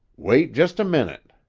wait jest a minute.